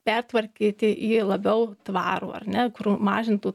pertvarkyti į labiau tvarų ar ne kur mažintų